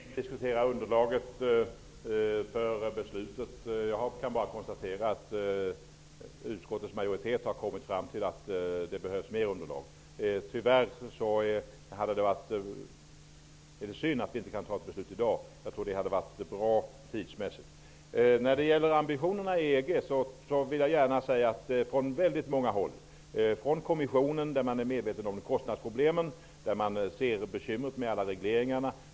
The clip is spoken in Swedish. Herr talman! Vi skulle kunna diskutera underlaget för beslutet länge. Jag kan bara konstatera att utskottets majoritet har kommit fram till att det behövs mer underlag. Det är synd att vi inte kan fatta ett beslut i dag -- det hade varit bra tidsmässigt. När det gäller ambitionerna i EG att förändra jordbrukspolitiken i stort vill jag gärna säga att det finns sådana ambitioner på väldigt många håll, t.ex. inom kommissionen, där man är medveten om kostnadsproblemen och där man ser bekymret med alla regleringarna.